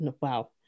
wow